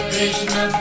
Krishna